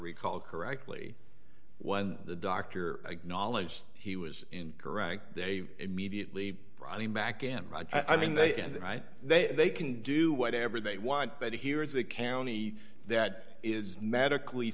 recall correctly when the doctor a knowledge he was incorrect they immediately brought him back in i mean they and they they can do whatever they want but here is a county that is medically